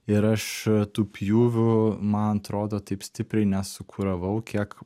ir aš tų pjūvių man atrodo taip stipriai nesukuravau kiek